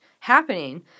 Happening